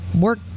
work